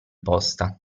posta